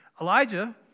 Elijah